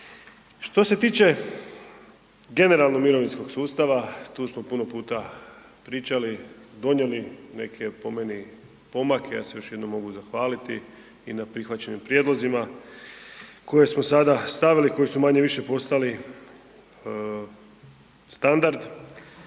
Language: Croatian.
Što se tiče generalno mirovinskog sustava, tu smo puno puta pričali, donijeli, po meni neke pomake, ja se još jednom mogu zahvaliti i na prihvaćenim prijedlozima koje smo sada stavili, koji su manje-više postali standard.